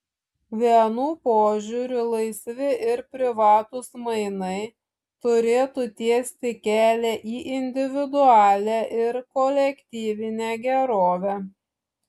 vienų požiūriu laisvi ir privatūs mainai turėtų tiesti kelią į individualią ir kolektyvinę gerovę